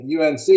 UNC